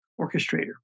orchestrator